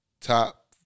top